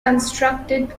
constructed